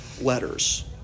letters